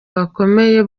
bakomeye